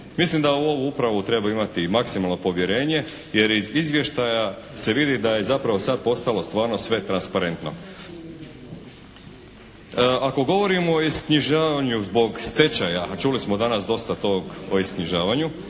Mislim da u ovu upravu treba imati i maksimalno povjerenje jer iz izvještaja se vidi da je zapravo sad postalo stvarno sve transparentno. Ako govorimo o isknjižavanju zbog stečaja a čuli smo danas dosta tog o iskažnjavanju,